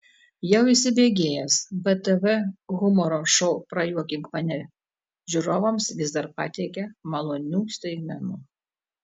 jau įsibėgėjęs btv humoro šou prajuokink mane žiūrovams vis dar pateikia malonių staigmenų